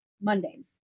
Mondays